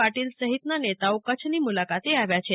પાટિલ સહિતના નેતાઓ કચ્છની મુલાકાતે આવ્યા છે